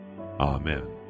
Amen